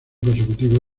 consecutivo